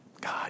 God